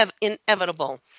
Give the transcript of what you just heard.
inevitable